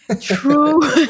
true